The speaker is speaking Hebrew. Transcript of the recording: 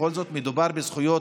בכל זאת מדובר בזכויות